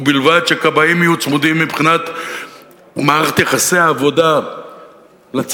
ובלבד שכבאים יהיו צמודים מבחינת מערכת יחסי העבודה לצבא,